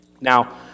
Now